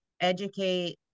educate